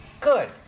Good